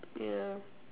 yeah